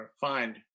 find